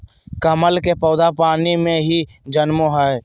कमल के पौधा पानी में ही जन्मो हइ